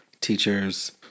Teachers